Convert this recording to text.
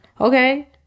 okay